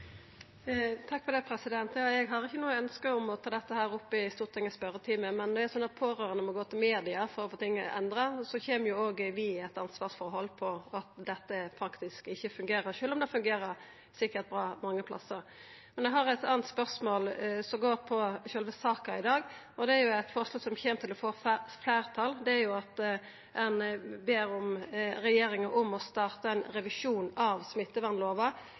Eg har ikkje noko ønske om å ta dette opp i Stortingets spørjetime, men når det er slik at pårørande må gå til media for å få ting endra, kjem jo også vi i eit ansvarsforhold for at dette praktisk ikkje fungerer, sjølv om det sikkert fungerer bra mange plassar. Men eg har eit anna spørsmål, som går på sjølve saka i dag. Eit forslag som kjem til å få fleirtal, er at ein ber regjeringa om å starta ein revisjon av smittevernlova